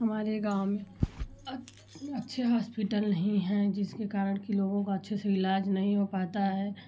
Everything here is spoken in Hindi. हमारे गाँव में अच्छे होस्पिटल नहीं है जिसके कारण की लोगों का अच्छे से ईलाज नहीं हो पाता है